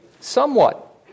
somewhat